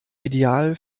ideal